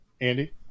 andy